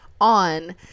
on